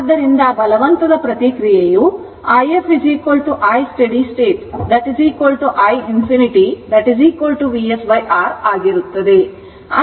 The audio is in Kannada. ಆದ್ದರಿಂದಬಲವಂತದ ಪ್ರತಿಕ್ರಿಯೆಯು if I steady state iinfinity Vs R ಆಗಿರುತ್ತದೆ